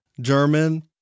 German